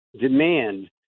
demand